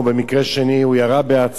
במקרה שני הוא ירה בעצמו.